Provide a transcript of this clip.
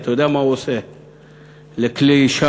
אתה יודע מה הוא עושה לכלי שיט?